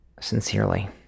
Sincerely